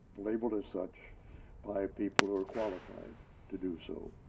labeled as such by people who are qualified to do so.